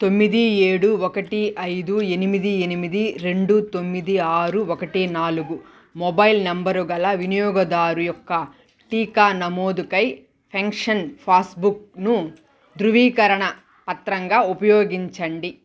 తొమ్మిది ఏడు ఒకటి అయిదు ఎనిమిది ఎనిమిది రెండు తొమ్మిది ఆరు ఒకటి నాలుగు మొబైల్ నంబరు గల వినియోగదారు యొక్క టీకా నమోదుకై పెన్షన్ పాస్బుక్ను ధృవీకరణ పత్రంగా ఉపయోగించండి